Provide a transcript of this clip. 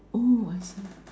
oh I see